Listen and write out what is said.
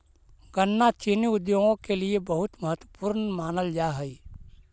गन्ना चीनी उद्योग के लिए बहुत महत्वपूर्ण मानल जा हई